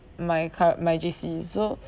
my cur~ my J_C so